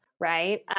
right